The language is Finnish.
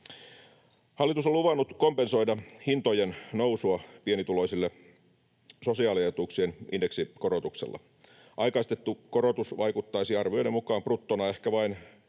Hallitus on luvannut kompensoida hintojen nousua pienituloisille sosiaalietuuksien indeksikorotuksella. Aikaistettu korotus vaikuttaisi arvioiden mukaan bruttona ehkä vain